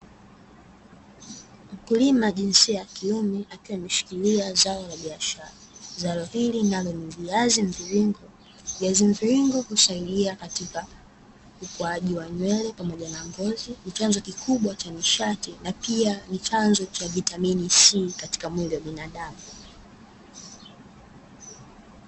Mkulima jinsia ya kiume akiwa ameshikilia zao la biashara, zao hili nalo ni viazi mviringo. Viazi mviringo husaidia katika ukuaji wa nywele pamoja na ngozi, nichanzo kikubwa cha nishati na pia ni chanzo cha vitamini c katika mwili wa binadamu.